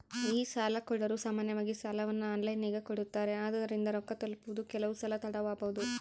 ಈ ಸಾಲಕೊಡೊರು ಸಾಮಾನ್ಯವಾಗಿ ಸಾಲವನ್ನ ಆನ್ಲೈನಿನಗೆ ಕೊಡುತ್ತಾರೆ, ಆದುದರಿಂದ ರೊಕ್ಕ ತಲುಪುವುದು ಕೆಲವುಸಲ ತಡವಾಬೊದು